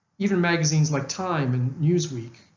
even magazines like time and newsweek,